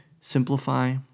simplify